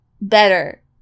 better